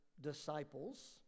disciples